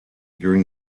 during